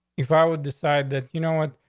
if i would decide that you know what?